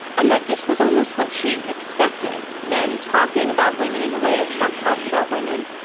and that this was almost what she expected, men talking about women in the way that trump talked about women,